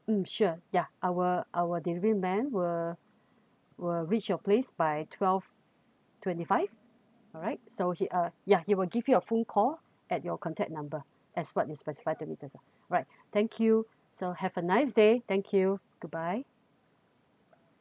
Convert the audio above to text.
um sure yeah our our deliveryman will will reach your place by twelve twenty five alright so he uh ya he will give you a phone call at your contact number as what you specify to me just now right thank you so have a nice day thank you goodbye